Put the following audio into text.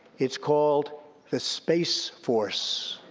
it's called the space force.